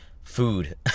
food